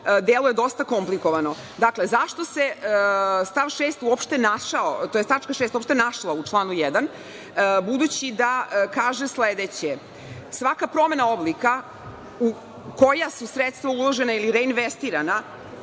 deluje dosta komplikovano. Dakle, zašto se stav 6. uopšte našao, odnosno tačka 6) uopšte našla u članu 1. budući da kaže sledeće – svaka promena oblika u koja su sredstva uložena ili reinvestirana,